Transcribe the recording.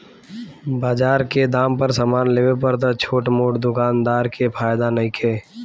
बजार के दाम पर समान लेवे पर त छोट मोट दोकानदार के फायदा नइखे